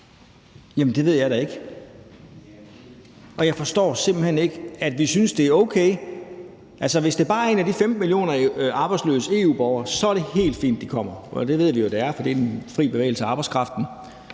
Jamen det ved jeg da ikke, og jeg forstår simpelt hen ikke, at vi synes, det er okay. Altså, hvis det bare er en af de 15 millioner arbejdsløse EU-borgere, er det helt fint, at man kommer, fordi der er tale om fri bevægelse af arbejdskraften.